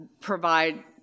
provide